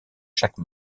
chaque